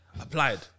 applied